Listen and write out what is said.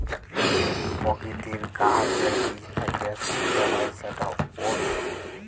যে পকিতির গাহাচের বীজ থ্যাইকে শস্য হ্যয় সেট ওটস